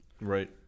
Right